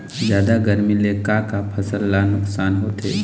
जादा गरमी ले का का फसल ला नुकसान होथे?